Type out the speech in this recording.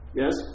yes